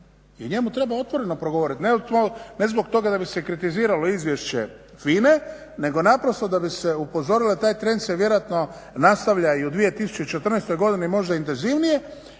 o njemu treba otvoreno progovoriti, ne zbog toga da bi se kritiziralo izvješće FINA-e nego da bi se upozorilo. Taj trend se vjerojatno nastavlja i u 2014.godini možda intenzivnije,